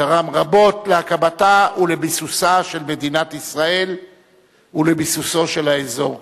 ותרם רבות להקמתה ולביסוסה של מדינת ישראל ולביסוסו של האזור כולו.